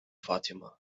fatima